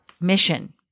mission